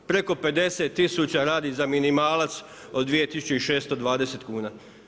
Preko 50000 radi za minimalac od 2620 kn.